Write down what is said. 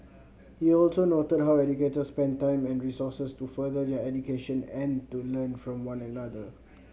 he also noted how educators spend time and resources to further their education and to learn from one another